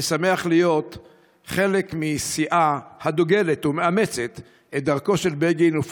אני שמח להיות חלק מסיעה הדוגלת בדרכו של בגין ומאמצת אותה,